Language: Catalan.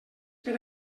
per